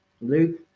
Luke